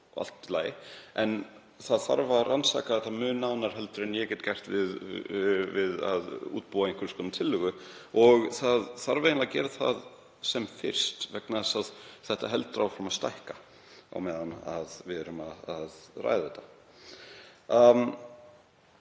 og allt í lagi með það, en það þarf að rannsaka þetta mun nánar en ég get gert við að útbúa einhvers konar tillögu. Það þarf eiginlega að gera það sem fyrst vegna þess að kerfið heldur áfram að stækka á meðan að við erum að ræða þetta.